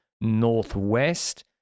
northwest